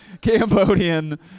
Cambodian